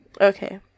Okay